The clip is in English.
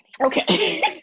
Okay